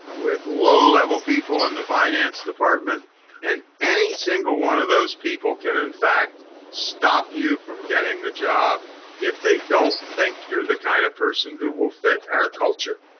with low level people in the finance department and any single one of those people can in fact stop you from getting the job if they don't think you're the kind of person who will fit our culture.